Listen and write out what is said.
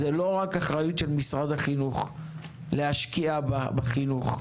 זו לא אחריות רק של משרד החינוך להשקיע בחינוך.